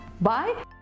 Bye